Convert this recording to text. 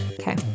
Okay